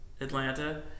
Atlanta